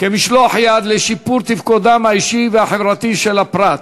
משלח יד, לשיפור תפקודם האישי והחברתי של הפרט,